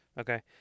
Okay